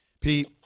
Pete